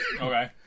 Okay